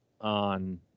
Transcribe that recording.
on